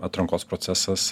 atrankos procesas